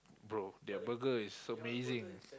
bro their burger is so amazing